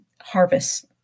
harvest